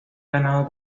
ganado